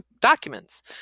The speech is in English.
documents